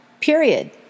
Period